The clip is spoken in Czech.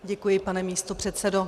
Děkuji, pane místopředsedo.